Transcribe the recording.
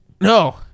No